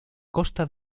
costa